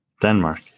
Denmark